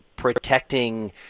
Protecting